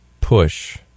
push